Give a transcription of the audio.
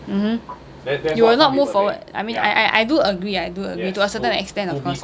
mmhmm you will not move forward I mean I I I do agree I do agree to a certain extent of course